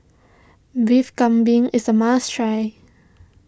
Beef Galbi is a must try